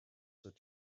said